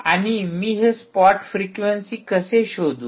आणि मी हे स्पॉट फ्रिक्वेंसी कसे शोधू